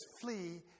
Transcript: flee